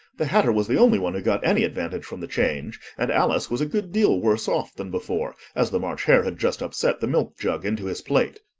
the hatter was the only one who got any advantage from the change and alice was a good deal worse off than before, as the march hare had just upset the milk-jug into his plate.